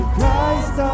Christ